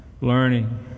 learning